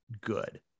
good